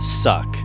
suck